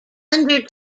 under